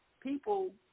people